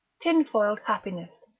tinfoiled happiness,